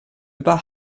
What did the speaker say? über